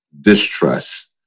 distrust